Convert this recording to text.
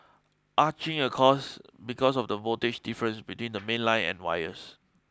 arcing occurs because of the voltage difference between the mainline and wires